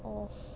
off